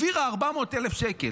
שאיזה עמותה העבירה 400,000 שקל,